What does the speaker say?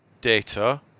Data